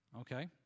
Okay